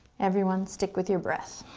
everyone stick with your breath.